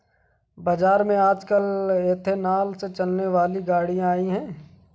बाज़ार में आजकल एथेनॉल से चलने वाली गाड़ियां आई है